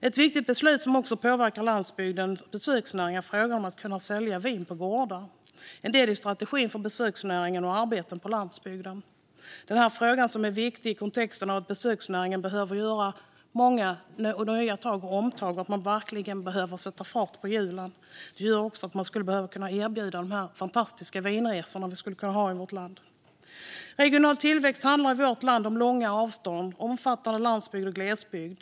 Ett viktigt beslut som påverkar landsbygden och besöksnäringen är frågan om att kunna sälja vin på gårdar. Det är en del i strategin för besöksnäringen och arbeten på landsbygden. Det här är en fråga som är viktig i kontexten att besöksnäringen behöver göra många omtag och verkligen sätta fart på hjulen. Man skulle behöva kunna erbjuda de fantastiska vinresor som vi skulle kunna ha i vårt land. Regional tillväxt handlar i vårt land om långa avstånd och omfattande landsbygd och glesbygd.